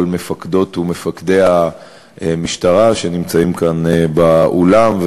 מפקדות ומפקדי המשטרה שנמצאים כאן באולם,